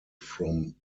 from